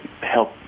help